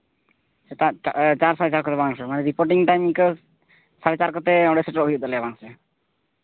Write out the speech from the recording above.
ᱥᱮᱛᱟᱜ ᱢᱤᱫᱴᱟᱝ reporting time ᱤᱱᱠᱟᱹ ᱥᱟᱲᱮ ᱪᱟᱨ ᱠᱚᱛᱮ ᱚᱸᱰᱮ ᱥᱮᱴᱮᱨᱚᱜ ᱦᱩᱭᱩᱜ ᱛᱟᱞᱮᱭᱟ ᱵᱟᱝ ᱥᱮ